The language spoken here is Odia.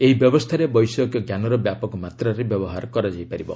ଏହି ବ୍ୟବସ୍ଥାରେ ବୈଷୟିକ ଜ୍ଞାନର ବ୍ୟାପକ ମାତ୍ରାରେ ବ୍ୟବହାର କରାଯାଇ ପାରିବ